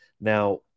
Now